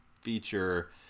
feature